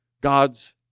God's